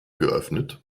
geöffnet